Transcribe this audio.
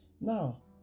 Now